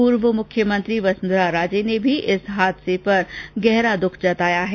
पूर्व मुख्यमंत्री वसुंधरा राजे ने भी इस हादसे पर गहरा दुख जताया है